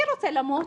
מי רוצה למות?